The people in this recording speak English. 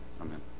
Amen